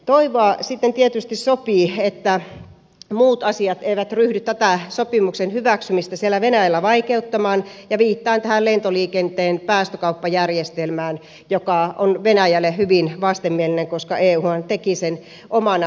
toivoa sitten tietysti sopii että muut asiat eivät ryhdy tätä sopimuksen hyväksymistä venäjällä vaikeuttamaan ja viittaan lentoliikenteen päästökauppajärjestelmään joka on venäjälle hyvin vastenmielinen koska euhan teki sen omana päätöksenään